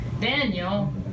Daniel